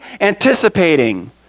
anticipating